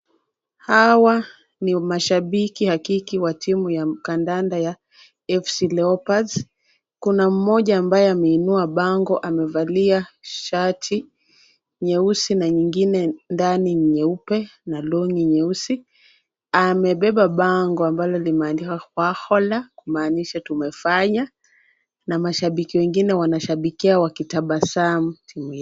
Hawa ni mashabiki hakiki wa timu ya kandanda ya FC Leopards. Kuna mmoja ambaye ameinua bango amevalia shati nyeusi na nyingine ndani nyeupe na long'i nyeusi. Amebeba bango ambalo limeandikwa khwakhola kumaanisha tumefanya na mashabiki wengine wamashabikia wakitabasamu timu yao.